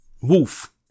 Wolf